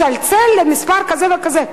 צלצל למספר כזה וכזה.